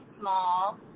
small